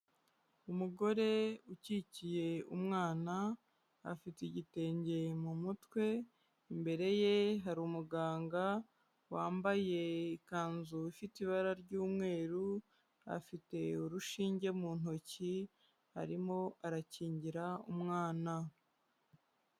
Umugore ukikiye umwana afite igitenge mu mutwe, imbere ye hari umuganga wambaye ikanzu ifite ibara ry'umweru, afite urushinge mu ntoki arimo arakingira umwana.